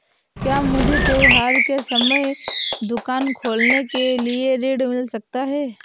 क्या मुझे त्योहार के समय दुकान खोलने के लिए ऋण मिल सकता है?